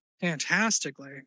fantastically